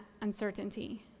uncertainty